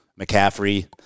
McCaffrey